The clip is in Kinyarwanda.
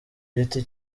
giti